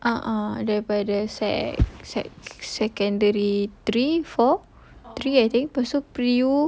a'ah daripada sec sec secondary three four three I think lepas tu pre U